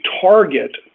target